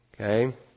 okay